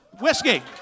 whiskey